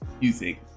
music